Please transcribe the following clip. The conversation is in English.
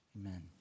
Amen